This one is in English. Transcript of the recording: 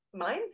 mindset